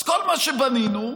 אז כל מה שבנינו נפל.